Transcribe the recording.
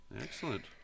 Excellent